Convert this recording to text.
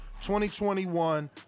2021